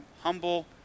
humble